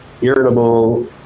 irritable